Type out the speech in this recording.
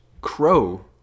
Crow